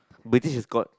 British is court